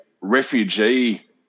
refugee